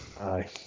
Aye